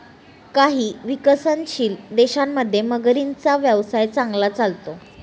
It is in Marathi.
काही विकसनशील देशांमध्ये मगरींचा व्यवसाय चांगला चालतो